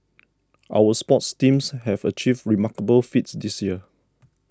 our sports teams have achieved remarkable feats this year